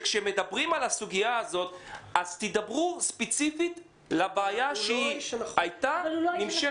כאשר מדברים על הסוגיה הזאת אז תדברו ספציפית על הבעיה שהייתה ונמשכת.